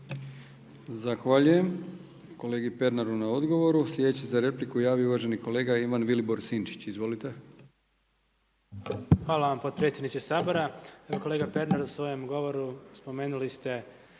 Zahvaljujem kolegi Pernaru na odgovoru. Sljedeći za repliku javio se uvaženi kolega Ivan Vilibor Sinčić. Izvolite. **Sinčić, Ivan Vilibor (Živi zid)** Hvala vam potpredsjedniče Sabora. Kolega Pernar u svojem govoru spomenuli ste